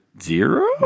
Zero